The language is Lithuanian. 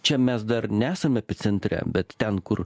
čia mes dar nesam epicentre bet ten kur